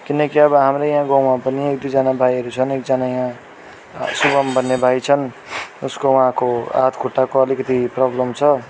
किनकि अब हाम्रो यहाँ गाउँमा पनि एक दुईजना भाइहरू छन् एकजना यहाँ सुभम् भन्ने भाइ छन् उसको उहाँको हात खुट्टाको अलिकति प्रबलम छ